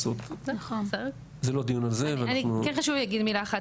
כן חשוב לי להגיד מילה אחת.